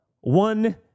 one